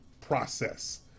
process